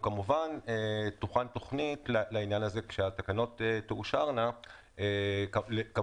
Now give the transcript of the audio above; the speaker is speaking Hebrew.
כמובן שתוכן תכנית לעניין הזה כשהתקנות תאושרנה גם